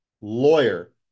lawyer